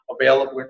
available